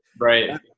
Right